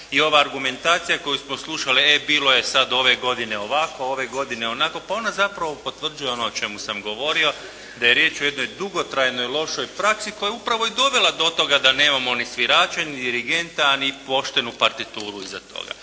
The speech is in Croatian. i ova argumentacija koju smo slušali, e bilo je sad ove godine ovako, ove godine onako. Pa, ona zapravo potvrđuje ono o čemu sam govorio, da je riječ o jednoj dugotrajnoj lošoj praksi koja je upravo i dovela do toga da nemamo ni svirače ni dirigenta, a ni poštenu partituru iza toga.